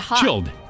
chilled